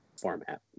format